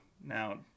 Now